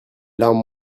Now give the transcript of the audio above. larmes